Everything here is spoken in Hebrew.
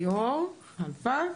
ליאור כלפה,